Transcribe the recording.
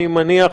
אני מניח,